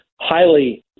highly